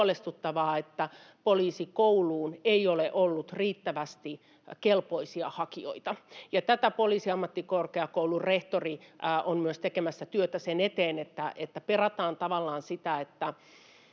että Poliisikouluun ei ole ollut riittävästi kelpoisia hakijoita. Myös Poliisiammattikorkeakoulun rehtori on tekemässä työtä sen eteen, että perataan tavallaan sitä, miten